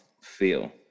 feel